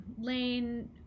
Lane